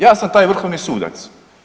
Ja sam taj vrhovni sudac.